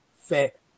fit